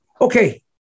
Okay